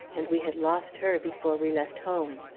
and we had lost her before we left home.